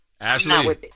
Ashley